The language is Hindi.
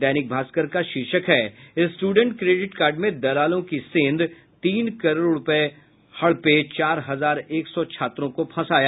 दैनिक भागस्कर का शीर्षक है स्टूडेंट क्रोडिट कार्ड में दलालों की सेंध तीन करोड़ हड़पे चार हजार एक सौ छात्रों को फंसाया